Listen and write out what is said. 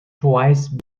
twice